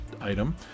item